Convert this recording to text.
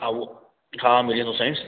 हा उहो हा मिली वेंदो साईं